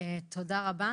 תודה רבה.